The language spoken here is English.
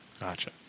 Gotcha